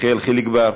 יחיאל חיליק בר,